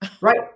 Right